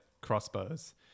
crossbows